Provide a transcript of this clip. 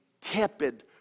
tepid